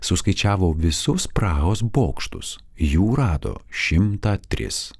suskaičiavo visus prahos bokštus jų rado šimtą tris